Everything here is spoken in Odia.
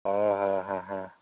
ହଁ ହଁ ହଁ ହଁ